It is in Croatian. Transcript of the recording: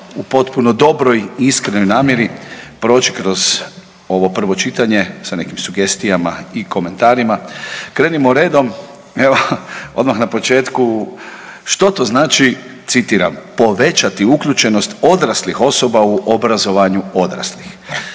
u potpuno dobroj iskrenoj namjeri proć kroz ovo prvo čitanje sa nekim sugestijama i komentarima. Krenimo redom, odmah na početku što to znači, citiram „povećati uključenost odraslih osoba u obrazovanju odraslih“,